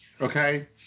okay